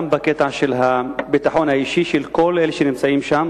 גם בקטע הביטחון האישי של כל אלה שנמצאים שם,